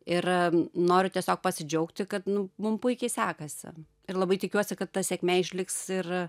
ir noriu tiesiog pasidžiaugti kad mum puikiai sekasi ir labai tikiuosi kad ta sėkmė išliks ir